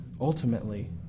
ultimately